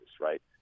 right